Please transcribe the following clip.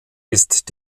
ist